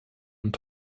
und